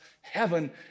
heaven